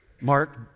Mark